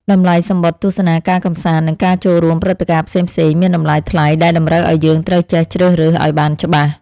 តម្លៃសំបុត្រទស្សនាការកម្សាន្ត និងការចូលរួមព្រឹត្តិការណ៍ផ្សេងៗ មានតម្លៃថ្លៃដែលតម្រូវឱ្យយើងត្រូវចេះជ្រើសរើសឱ្យបានច្បាស់។